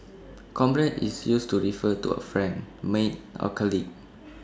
comrade is used to refer to A friend mate or colleague